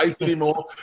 anymore